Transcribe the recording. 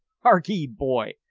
hark'ee, boy,